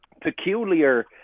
peculiar